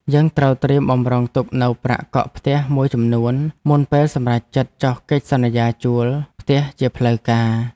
យើងត្រូវត្រៀមបម្រុងទុកនូវប្រាក់កក់ផ្ទះមួយចំនួន មុនពេលសម្រេចចិត្តចុះកិច្ចសន្យាជួលផ្ទះជាផ្លូវការ។